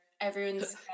Everyone's